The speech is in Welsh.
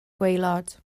gwaelod